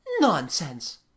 Nonsense